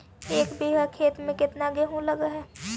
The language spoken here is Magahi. एक बिघा खेत में केतना गेहूं लग है?